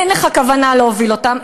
אין לך כוונה להוביל אותם,